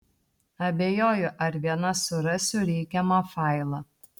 abejoju ar viena surasiu reikiamą failą